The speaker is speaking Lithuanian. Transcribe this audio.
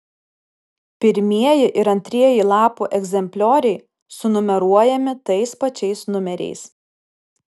pirmieji ir antrieji lapų egzemplioriai sunumeruojami tais pačiais numeriais